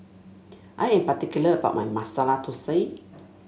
I am particular about my Masala Thosai